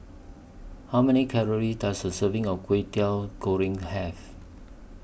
How Many Calories Does A Serving of Kway Teow Goreng Have